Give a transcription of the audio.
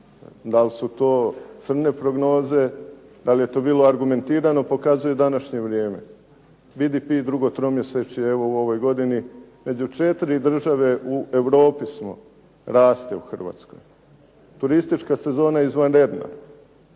Da li su to crne prognoze, da li je to bilo argumentirano, pokazuje današnje vrijeme. BDP i drugo tromjesečje evo u ovoj godini među 4 države u Europi smo, raste u Hrvatskoj. Turistička sezona izvanredna.